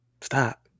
stop